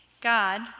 God